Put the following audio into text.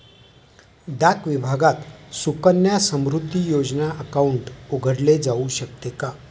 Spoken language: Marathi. डाक विभागात सुकन्या समृद्धी योजना अकाउंट उघडले जाऊ शकते का?